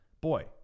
Boy